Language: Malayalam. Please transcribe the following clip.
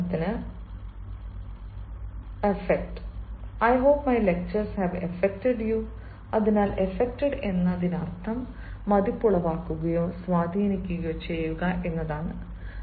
ഉദാഹരണത്തിന് affect I hope my lectures have affected you അതിനാൽ എഫെക്റ്റഡ് എന്നതിനർത്ഥം മതിപ്പുളവാക്കുകയോ സ്വാധീനിക്കുകയോ ചെയ്യുക എന്നാണ്